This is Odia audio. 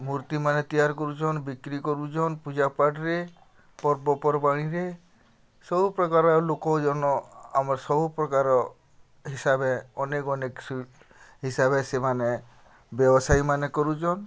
ମୂର୍ତ୍ତିମାନେ ତିଆରି କରୁଛନ୍ ବିକ୍ରି କରୁଛନ୍ ପୂଜାପାଠରେ ପର୍ବପର୍ବାଣିରେ ସବୁ ପ୍ରକାର ଲୋକଜନ ଆମର ସବୁପ୍ରକାର ହିସାବ ଅନେକ ଅନେକ ହିସାବରେ ସେମାନେ ବ୍ୟବସାୟୀମାନେ କରୁଛନ୍